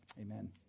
Amen